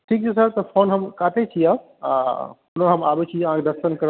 ठीक छै सर तऽ फोन हम काटै छी आब आ पुनः हम आबै छी अहाँके दर्शन करब